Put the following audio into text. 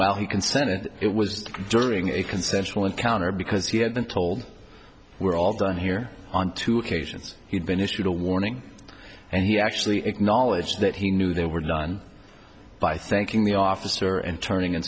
well he consented it was during a consensual encounter because he had been told we're all done here on two occasions he'd been issued a warning and he actually acknowledged that he knew there were none by thanking the officer and turning